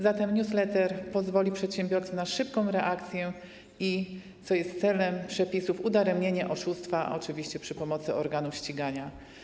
Zatem newsletter pozwoli przedsiębiorcy na szybką reakcję i - co jest celem przepisów - udaremnienie oszustwa, oczywiście przy pomocy organów ścigania.